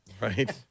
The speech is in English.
Right